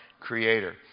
Creator